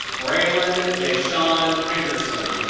braylon jay shaun henderson.